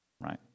right